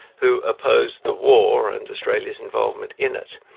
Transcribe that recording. who opposed the war and australia's involvement in it,